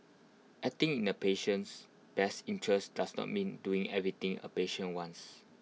acting in the patient's best interests does not mean doing everything A patient wants